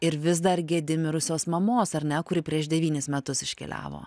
ir vis dar gedi mirusios mamos ar ne kuri prieš devynis metus iškeliavo